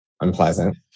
unpleasant